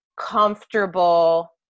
comfortable